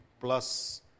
plus